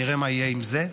נראה מה יהיה עם זה.